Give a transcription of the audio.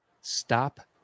Stop